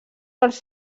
pels